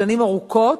שנים ארוכות,